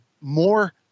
more